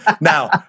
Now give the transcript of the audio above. Now